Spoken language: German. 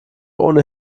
ohne